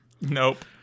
Nope